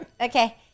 Okay